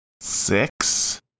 six